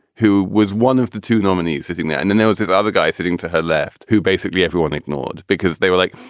who was one of the two nominees sitting there and then there was this other guy sitting to her left who basically everyone ignored because they were like,